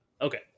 Okay